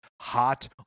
Hot